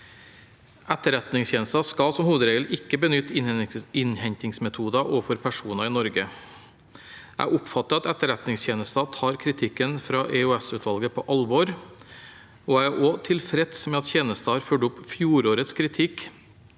Etterretningstjenesten skal som hovedregel ikke benytte innhentingsmetoder overfor personer i Norge. Jeg oppfatter at Etterretningstjenesten tar kritikken fra EOS-utvalget på alvor, og jeg er også tilfreds med at tjenesten har fulgt opp fjorårets kritikk